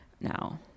now